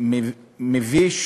מביש